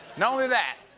not only that,